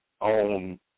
on